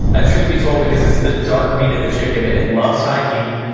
and truth be told, because it's the dark meat of the chicken, it loves high heat,